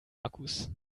akkus